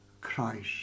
Christ